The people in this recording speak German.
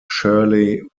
shirley